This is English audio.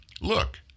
look